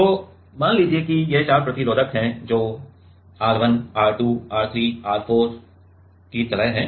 तो मान लीजिए कि ये चार प्रतिरोधक हैं जो R1 R2 R3 R4 की तरह हैं